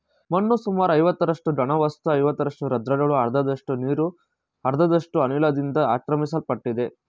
ಮಣ್ಣು ಸುಮಾರು ಐವತ್ತರಷ್ಟು ಘನವಸ್ತು ಐವತ್ತರಷ್ಟು ರಂದ್ರಗಳು ಅರ್ಧದಷ್ಟು ನೀರು ಅರ್ಧದಷ್ಟು ಅನಿಲದಿಂದ ಆಕ್ರಮಿಸಲ್ಪಡ್ತದೆ